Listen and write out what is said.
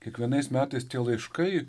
kiekvienais metais tie laiškai